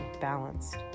balanced